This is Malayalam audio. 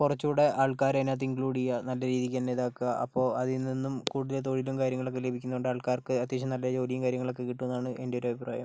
കുറച്ചും കൂടെ ആൾക്കാരെ അതിനകത്ത് ഇൻക്ലൂഡ് ചെയ്യാം നല്ല രീതിക്ക് തന്നെ ഇതാക്കുക അപ്പോൾ അതിൽ നിന്നും കൂടുതൽ തൊഴിലും കാര്യങ്ങളൊക്കെ ലഭിക്കുന്നത് കൊണ്ട് ആൾക്കാർക്ക് അത്യാവശ്യം നല്ല ജോലിയും കാര്യങ്ങളും ഒക്കെ കിട്ടും എന്നാണ് എൻ്റെ ഒരു അഭിപ്രായം